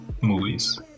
movies